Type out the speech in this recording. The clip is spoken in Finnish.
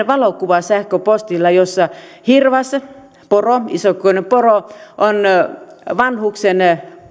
valokuva jossa hirvas isokokoinen poro on vanhuksen